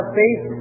faith